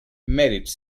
mèrits